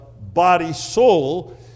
body-soul